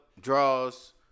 Draws